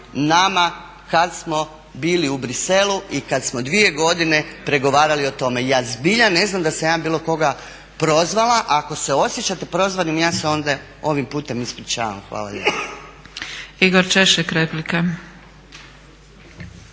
nama kada smo bili u Briselu i kada smo 2 godine pregovarali o tome. Ja zbilja ne znam da sam ja bilo koga prozvala. Ako se osjećate prozvanim ja se onda ovim putem ispričavam. Hvala lijepo.